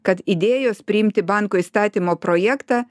kad idėjos priimti banko įstatymo projektą